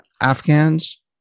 Afghans